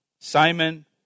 Simon